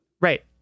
Right